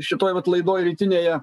šitoj vat laidoj rytinėje